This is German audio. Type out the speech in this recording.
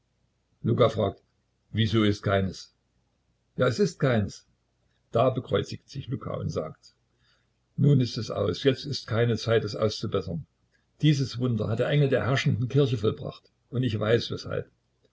luka fragt wieso ist keines ja es ist keines da bekreuzigt sich luka und sagt nun ist es aus jetzt ist keine zeit es auszubessern dieses wunder hat der engel der herrschenden kirche vollbracht und ich weiß weshalb